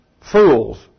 Fools